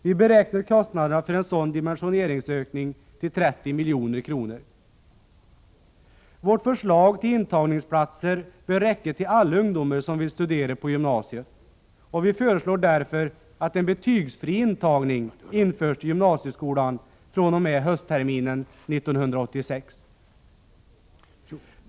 Vi beräknar kostnaderna för en sådan dimensioneringsökning till 30 milj.kr. Med vårt förslag bör antalet intagningsplatser räcka till alla ungdomar som vill studera på gymnasiet. Vi föreslår därför att en betygsfri intagning till gymnasieskolan införs fr.o.m. höstterminen 1986.